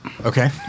Okay